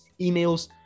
emails